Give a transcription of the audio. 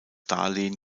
darlehen